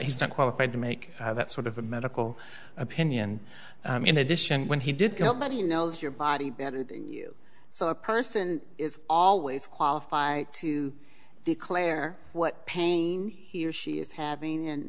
he's not qualified to make that sort of a medical opinion in addition when he did but he knows your body better so a person is always qualify to declare what pain he or she is having and